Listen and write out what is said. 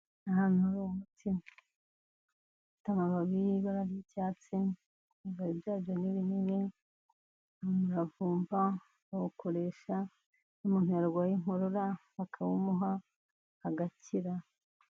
Ahantu Hari umuti ufite amababi y'ibara ry'icyatsi, ibibabi byabyo ni binini. Ni umuravumba bawukoresha iyo umuntu yarwaye inkorora bakawumuha agakira.